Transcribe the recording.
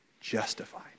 justified